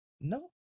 No